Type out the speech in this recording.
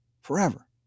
forever